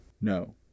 No